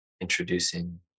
introducing